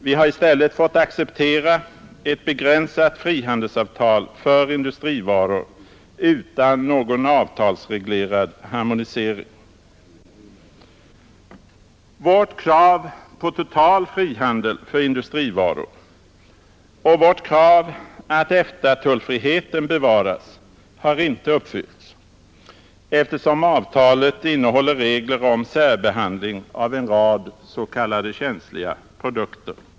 Vi har i stället fått acceptera ett begränsat frihandelsavtal för industrivaror utan någon Vårt krav på total frihandel för industrivaror och vårt krav att EFTA-tullfriheten bevaras har inte uppfyllts, eftersom avtalet innehåller regler om särbehandling av en rad s.k. känsliga produkter.